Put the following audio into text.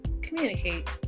communicate